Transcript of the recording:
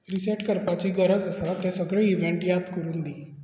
reset करपाची गरज आसा ते सगळे इवेण्ट याद करून दी